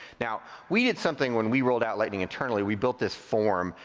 now, we did something when we rolled out lighting internally. we built this form,